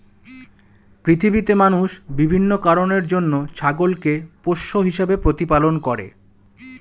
পৃথিবীতে মানুষ বিভিন্ন কারণের জন্য ছাগলকে পোষ্য হিসেবে প্রতিপালন করে